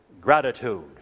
gratitude